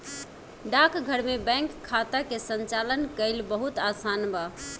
डाकघर में बैंक खाता के संचालन कईल बहुत आसान बा